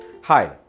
Hi